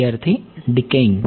વિદ્યાર્થી ડીકેયિંગ